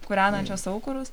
kūrenančios aukurus